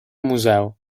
museo